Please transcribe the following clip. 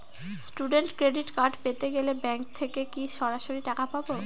Student credit card পেতে গেলে bank থেকে কি সরাসরি টাকা পাবো?